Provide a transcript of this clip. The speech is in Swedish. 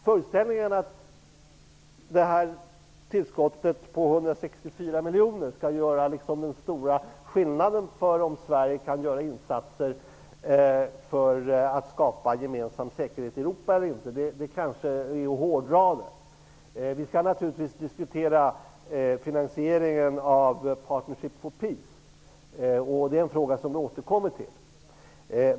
Föreställningen att tillskottet på 164 miljoner kronor skulle utgöra den stora skillnaden för om Sverige skall kunna göra insatser när det gäller att skapa säkerhet i Europa eller inte är att hårdra det. Naturligtvis skall vi diskutera finansieringen av ''Partnership for peace''; den frågan återkommer vi till.